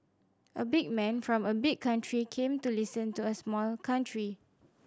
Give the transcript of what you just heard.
a big man from a big country came to listen to a small country